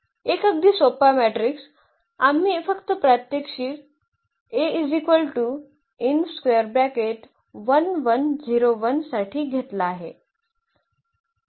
एक अगदी सोपा मॅट्रिक्स आम्ही फक्त प्रात्यक्षिक साठी घेतला आहे